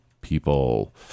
people